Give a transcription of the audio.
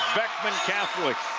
beckman catholic.